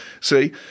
see